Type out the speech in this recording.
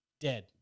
Dead